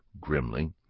grimly